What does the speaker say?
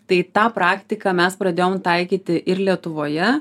tai tą praktiką mes pradėjom taikyti ir lietuvoje